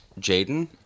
Jaden